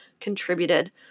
contributed